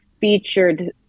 featured